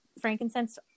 frankincense